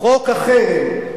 חוק החרם.